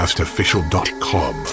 official.com